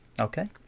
Okay